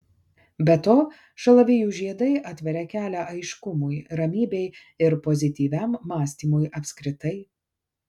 be to šalavijų žiedai atveria kelią aiškumui ramybei ir pozityviam mąstymui apskritai